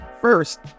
First